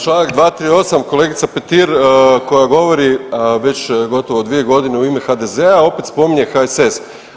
Čl. 238, kolegica Petir koja govori već gotovo 2 godine u ime HDZ-a, opet spominje HSS.